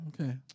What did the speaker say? Okay